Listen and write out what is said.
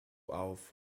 auf